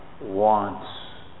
wants